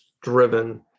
driven